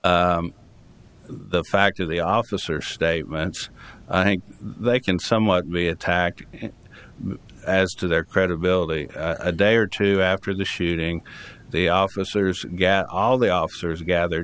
rod the fact of the officers statements i think they can somewhat be attacked as to their credibility a day or two after the shooting the officers get all the officers gather